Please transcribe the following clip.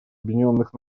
объединенных